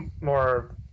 more